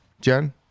Jen